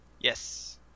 Yes